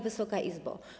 Wysoka Izbo!